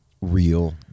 real